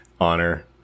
honor